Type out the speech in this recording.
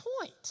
point